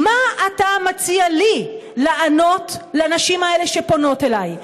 אני שאלתי שאלה פשוטה: מה אתה מציע לי לענות לנשים האלה שפונות אלי?